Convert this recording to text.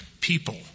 people